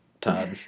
Todd